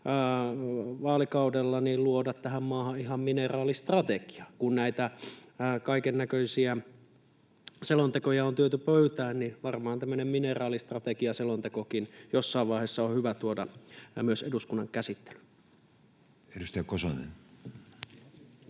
vaalikaudella luoda tähän maahan ihan mineraalistrategia. Kun näitä kaikennäköisiä selontekoja on tuotu pöytään, niin varmaan tämmöinen mineraalistrategia-selontekokin jossain vaiheessa on hyvä tuoda myös eduskunnan käsittelyyn.